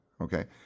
Okay